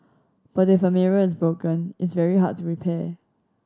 but if a mirror is broken it's very hard to repair